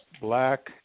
black